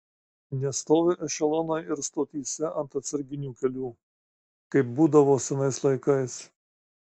nestovi ešelonai ir stotyse ant atsarginių kelių kaip būdavo senais laikais